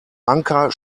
anker